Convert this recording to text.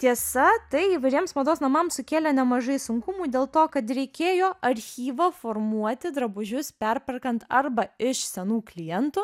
tiesa tai įvairiems mados namams sukėlė nemažai sunkumų dėl to kad reikėjo archyvą formuoti drabužius perperkant arba iš senų klientų